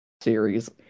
series